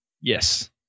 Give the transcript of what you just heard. Yes